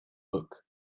book